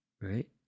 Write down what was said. right